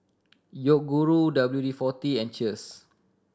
Yoguru W D Forty and Cheers